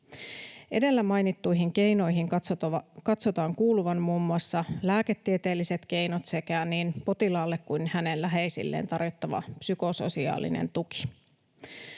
Edellä mainittuihin keinoihin katsotaan kuuluvan muun muassa lääketieteelliset keinot sekä niin potilaalle kuin hänen läheisilleen tarjottava psykososiaalinen tuki.